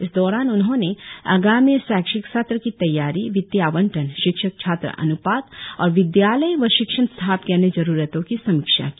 इस दौरान उन्होंने आगामी शैक्षिक सत्र की तैयारी वित्तीय आवंटन शिक्षक छात्र अन्पात और विद्यालय व शिक्षण स्टॉफ के अन्य जरुरतो की समीक्षा की